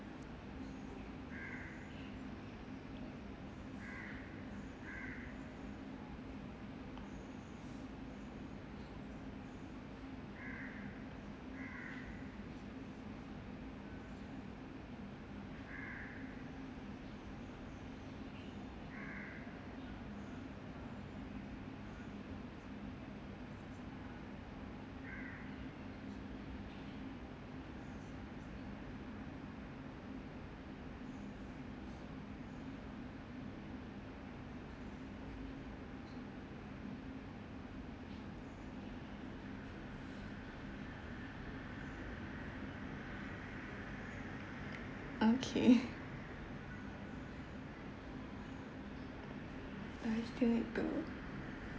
okay do I still need to